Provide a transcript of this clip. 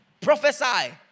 Prophesy